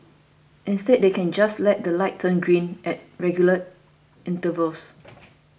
instead they can just let the lights turn green at regular intervals